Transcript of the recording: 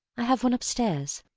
i have one upstairs.